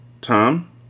Tom